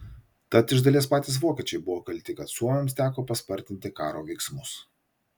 tad iš dalies patys vokiečiai buvo kalti kad suomiams teko paspartinti karo veiksmus